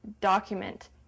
document